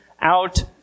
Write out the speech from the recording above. out